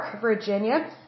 Virginia